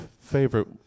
favorite